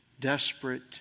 desperate